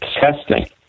testing